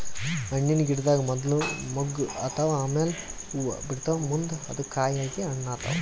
ಹಣ್ಣಿನ್ ಗಿಡದಾಗ್ ಮೊದ್ಲ ಮೊಗ್ಗ್ ಆತವ್ ಆಮ್ಯಾಲ್ ಹೂವಾ ಬಿಡ್ತಾವ್ ಮುಂದ್ ಅದು ಕಾಯಿ ಆಗಿ ಹಣ್ಣ್ ಆತವ್